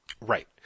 Right